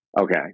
Okay